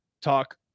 talk